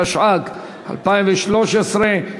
התשע"ג 2013,